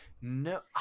No